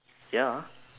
ya